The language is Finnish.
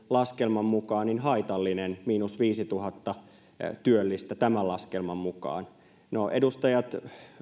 laskelman mukaan haitallinen miinus viisituhatta työllistä tämän laskelman mukaan edustajat